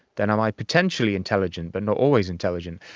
then am i potentially intelligent but not always intelligent?